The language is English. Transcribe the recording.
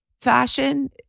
fashion